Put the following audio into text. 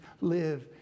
live